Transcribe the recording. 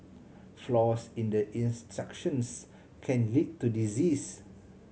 flaws in the instructions can lead to disease